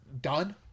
done